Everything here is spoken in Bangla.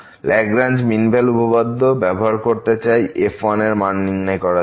ল্যাগরেঞ্জ মিন ভ্যালু উপপাদ্য ব্যবহার করতে চাই f এর মান নির্ণয় করার জন্য